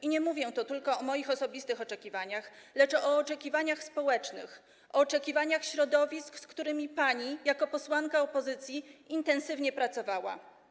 I mówię tu nie tylko o moich osobistych oczekiwaniach, lecz także o oczekiwaniach społecznych, oczekiwaniach środowisk, z którymi pani jako posłanka opozycji intensywnie pracowała.